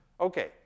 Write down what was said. Okay